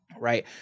right